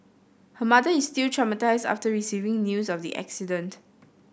her mother is still traumatised after receiving news of the accident